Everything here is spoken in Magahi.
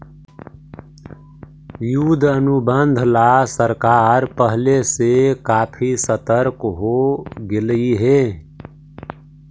युद्ध अनुबंध ला सरकार पहले से काफी सतर्क हो गेलई हे